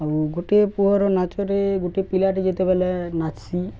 ଆଉ ଗୋଟିଏ ପୁଅର ନାଚରେ ଗୋଟେ ପିଲାଟି ଯେତେବେଳେ ନାଚ୍ସି